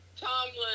Tomlin